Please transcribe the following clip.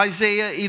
Isaiah